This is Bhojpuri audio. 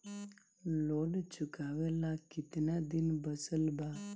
लोन चुकावे ला कितना दिन बचल बा?